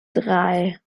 drei